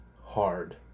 hard